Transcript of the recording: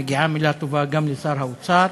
מגיעה מילה טובה גם לשר האוצר,